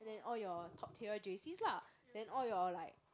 then all your top tier J_Cs lah then all your like